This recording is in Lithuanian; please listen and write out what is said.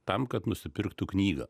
tam kad nusipirktų knygą